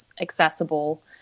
accessible